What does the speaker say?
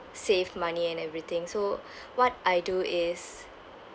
save money and everything so what I do is